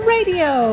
Radio